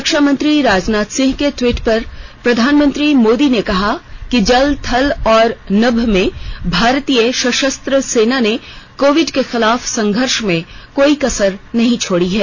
रक्षा मंत्री राजनाथ सिंह के टवीट पर प्रधानमंत्री मोदी ने कहा कि जल थल और नभ में भारतीय सशस्त्र सेना ने कोविड के खिलाफ संघर्ष में कोई कसर नहीं छोड़ी है